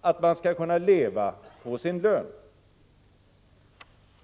att ”man skall kunna leva på sin lön”.